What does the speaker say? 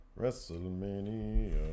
WrestleMania